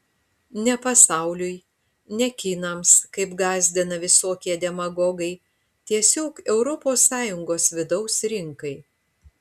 ne pasauliui ne kinams kaip gąsdina visokie demagogai tiesiog europos sąjungos vidaus rinkai